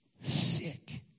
sick